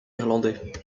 irlandais